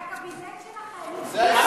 הקבינט הצביע בעד זה.